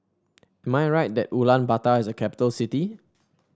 am I right that Ulaanbaatar is a capital city